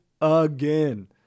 again